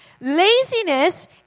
Laziness